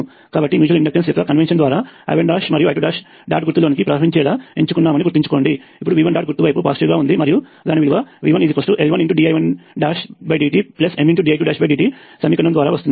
కాబట్టి mutual inductance యొక్క convention ద్వారా I1 మరియు I2 డాట్ గుర్తు లోనికి ప్రవహించేలా ఎంచుకున్నామని గుర్తుంచుకోండి ఇప్పుడు V1 డాట్ గుర్తు వైపు పాజిటివ్ గా ఉంటుంది మరియు దాని విలువ V1 L1dI1dtMdI2dt సమీకరణము ద్వారా వస్తుంది